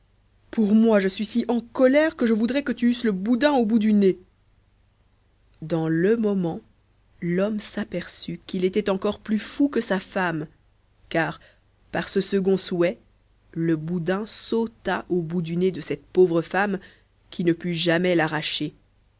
pour moi je suis si en colère que je voudrais que tu eusses le boudin au bout du nez dans le moment l'homme s'aperçut qu'il était encore plus fou que sa femme car par ce second souhait le boudin sauta au bout du nez de cette pauvre femme qui ne put jamais l'arracher